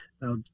Now